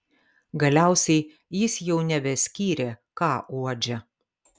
galiausiai jis jau nebeskyrė ką uodžia